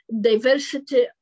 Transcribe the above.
diversity